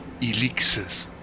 elixirs